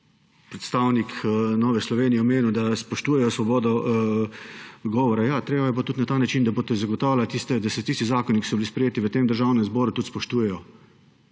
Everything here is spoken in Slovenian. predstavnik Nove Slovenije omenil, da spoštujejo svobodo govora. Ja, treba jo je pa tudi na takšen način, da boste zagotavljali, da se tisti zakoni, ki so bili sprejeti v Državnem zboru, tudi spoštujejo.